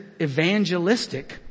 evangelistic